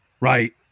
right